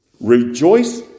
rejoice